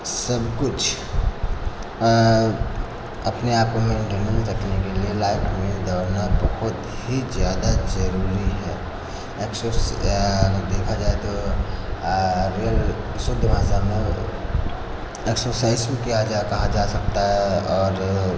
सब कुछ अपने आप में नियमित रखने के लिए लाइफ में दौड़ना बहुत ही ज़्यादा जरूरी है अगर देखा जाए तो शुद्ध भाषा में एक्सरसाइज भी किया कहा जा सकता है और